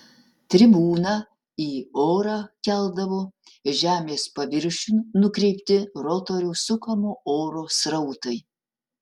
tribūną į orą keldavo žemės paviršiun nukreipti rotoriaus sukamo oro srautai